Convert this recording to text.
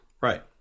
Right